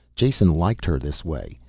jason liked her this way.